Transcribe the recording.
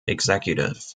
executive